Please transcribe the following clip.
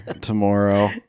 tomorrow